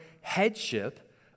headship